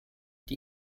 die